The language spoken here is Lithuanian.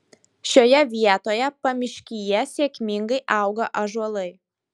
šioje vietoje pamiškyje sėkmingai auga ąžuolai